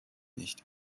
nicht